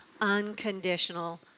unconditional